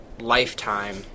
lifetime